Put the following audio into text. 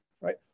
right